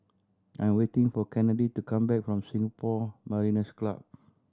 I'm waiting for Kennedi to come back from Singapore Mariners' Club